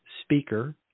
speaker